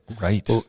Right